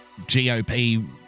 GOP